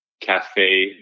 cafe